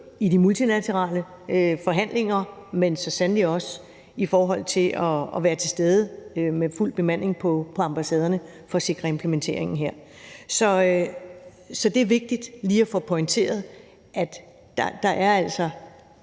i de multilaterale forhandlinger, men så sandelig også i forhold til at være til stede med fuld bemanding på ambassaderne for at sikre implementeringen der. Så det er vigtigt lige at få pointeret, at der er altså